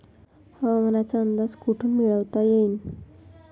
हवामानाचा अंदाज कोठून मिळवता येईन?